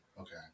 okay